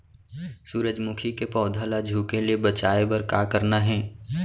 सूरजमुखी के पौधा ला झुके ले बचाए बर का करना हे?